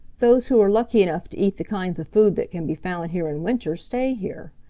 those who are lucky enough to eat the kinds of food that can be found here in winter stay here.